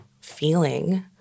feeling